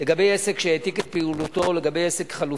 הצעת הניסוח של עורכת-הדין שגית אפיק לא היתה מתקבלת על-ידי הממשלה